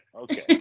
Okay